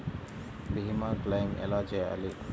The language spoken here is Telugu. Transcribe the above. భీమ క్లెయిం ఎలా చేయాలి?